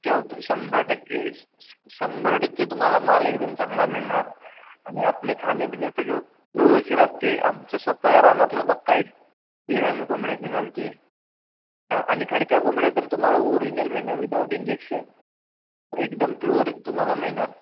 ठेवतो शंभर टक्के शंभर टक्के तुम्हाला माल एकदम चांगला मिळणार आणि आपले खाणेपिणे सगळे व्यवशीर असते आमच्या स्वतःच्या रानातलं मका आहे तेन आम्ही कोंबड्यास्नी घालते त्या आणि खडक्या कोंबड्या तर तुम्हाला ओरिजनल मिळणार विदाउट इंजेक्शन एकदम प्युअर तुम्हाला मिळणार